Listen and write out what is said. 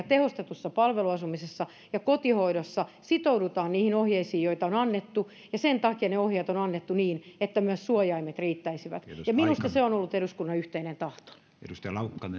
tehostetussa palveluasumisessa ja kotihoidossa sitoudutaan niihin ohjeisiin joita on annettu ja sen takia ne ohjeet on annettu niin että myös suojaimet riittäisivät minusta se on ollut eduskunnan yhteinen tahto arvoisa